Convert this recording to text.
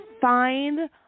find